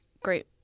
great